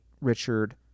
Richard